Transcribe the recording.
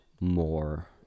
more